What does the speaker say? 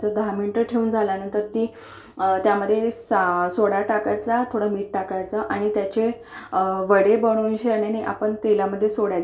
दहा मिनिटं ठेवून झाल्यानंतर त्यामध्ये सा सोडा टाकायचा थोडं मीठ टाकायचं आणि त्याचे वडे बनवूनशान आणि आपण तेलामध्ये सोडायचे